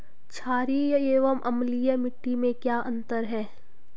छारीय एवं अम्लीय मिट्टी में क्या अंतर है?